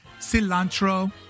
cilantro